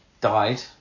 ...died